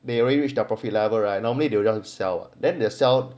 they already reach their profit level right normally they would want to sell right then they sell